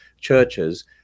churches